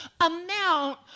amount